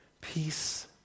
peace